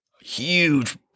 huge